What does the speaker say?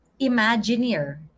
Imagineer